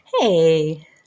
hey